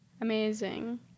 Amazing